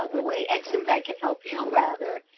like way ex-im bank could help you, rather,